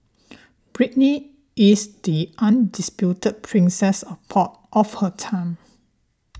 Britney is the undisputed princess of pop of her time